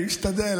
אני משתדל.